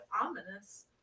ominous